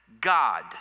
God